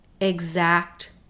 exact